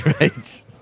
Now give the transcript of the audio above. Right